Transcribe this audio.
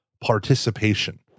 participation